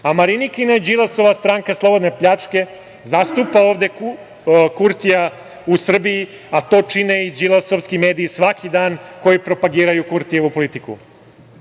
A Marinikina i Đilasova stranka slobodne pljačke zastupa ovde Kurtija u Srbiji, a to čine i đilasovski mediji svaki dan, koji propagiraju Kurtijevu politiku.I